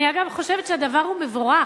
אני, אגב, חושבת שהדבר הוא מבורך,